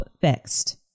fixed